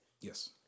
Yes